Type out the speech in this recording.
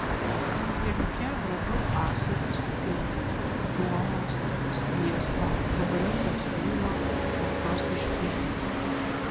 sandėliuke radau ąsotį su pienu duonos sviesto gabaliuką sūrio šaltos vištienos